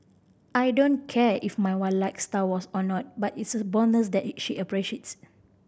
I don't care if my wife likes Star Wars or not but it's a bonus that she appreciates